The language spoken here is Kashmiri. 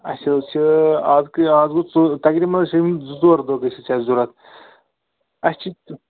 اَسہِ حظ چھِ اَز کٔہۍ اَز گوٚو ژور تقریٖبن زٕ ژور دۄہ گٔژھِتھ چھِ اَسہِ ضروٗرت اَسہِ چھِ